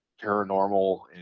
paranormal